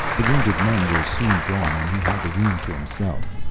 the wounded men were soon gone and he had the room to himself.